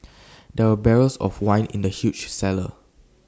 there were barrels of wine in the huge cellar